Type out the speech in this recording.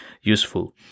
useful